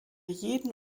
jeden